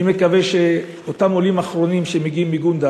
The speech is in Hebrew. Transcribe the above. אני מקווה שאותם עולים אחרונים שמגיעים מגונדר